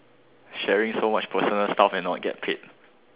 sharing so much personal stuff and not get paid